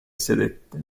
sedette